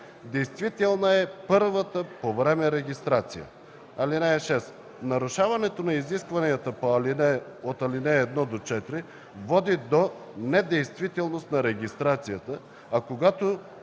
действителна е първата по време регистрация. (6) Нарушаването на изискванията по ал. 1 - 4 води до недействителност на регистрацията, а когато